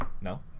No